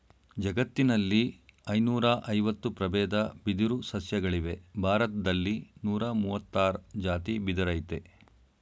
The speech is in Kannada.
ಜಗತ್ತಿನಲ್ಲಿ ಐನೂರಐವತ್ತು ಪ್ರಬೇದ ಬಿದಿರು ಸಸ್ಯಗಳಿವೆ ಭಾರತ್ದಲ್ಲಿ ನೂರಮುವತ್ತಾರ್ ಜಾತಿ ಬಿದಿರಯ್ತೆ